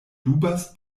dubas